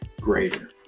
greater